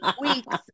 weeks